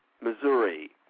Missouri